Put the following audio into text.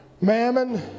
Mammon